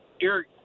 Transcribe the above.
Eric